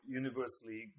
universally